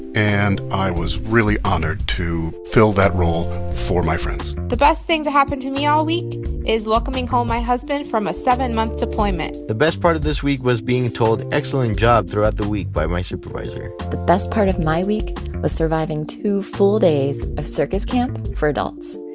and i was really honored to fill that role for my friends the best thing to happen to me all week is welcoming home my husband from a seven-month deployment the best part of this week was being told excellent job throughout the week by my supervisor the best part of my week was ah surviving two full days of circus camp for adults.